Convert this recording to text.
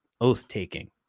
oath-taking